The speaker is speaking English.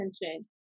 attention